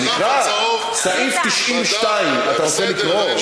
סעיף 92. אתה רוצה לקרוא?